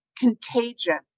contagion